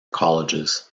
colleges